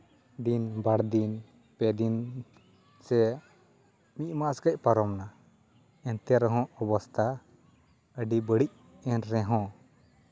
ᱫᱤᱱ ᱵᱟᱨ ᱫᱤᱱ ᱯᱮ ᱫᱤᱱ ᱥᱮ ᱢᱤᱫ ᱢᱟᱥ ᱠᱷᱚᱱ ᱯᱟᱨᱚᱢ ᱮᱱᱟ ᱮᱱᱛᱮᱨᱮᱦᱚᱸ ᱚᱵᱚᱥᱛᱟ ᱟᱹᱰᱤ ᱵᱟᱹᱲᱤᱡ ᱮᱱ ᱨᱮᱦᱚᱸ